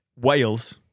Wales